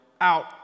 out